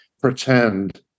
pretend